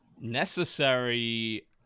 necessary